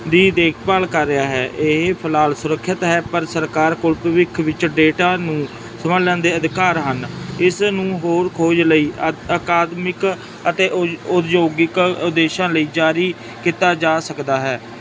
ਦੀ ਦੇਖਭਾਲ ਕਰ ਰਿਹਾ ਹੈ ਇਹ ਫਿਲਹਾਲ ਸੁਰੱਖਿਅਤ ਹੈ ਪਰ ਸਰਕਾਰ ਕੋਲ ਭਵਿੱਖ ਵਿੱਚ ਡੇਟਾ ਨੂੰ ਸੰਭਾਲਣ ਦੇ ਅਧਿਕਾਰ ਹਨ ਇਸ ਨੂੰ ਹੋਰ ਖੋਜ ਲਈ ਅ ਅਕਾਦਮਿਕ ਅਤੇ ਉ ਉਦਯੋਗਿਕ ਉਦੇਸ਼ਾਂ ਲਈ ਜਾਰੀ ਕੀਤਾ ਜਾ ਸਕਦਾ ਹੈ